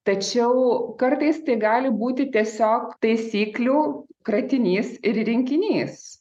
tačiau kartais tai gali būti tiesiog taisyklių kratinys ir rinkinys